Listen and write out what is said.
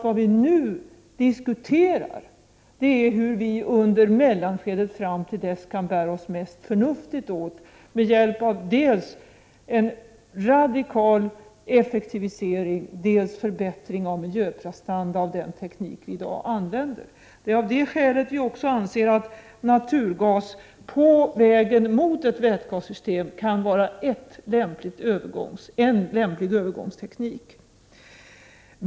Vad vi nu diskuterar är hur vi under mellantiden kan bära oss mest förnuftigt åt med hjälp av dels en radikal effektivisering, dels en förbättring av miljöprestanda av den teknik vi i dag använder. Av det skälet anser vi också att naturgas på vägen mot ett vätgassystem kan vara en lämplig övergångsteknik.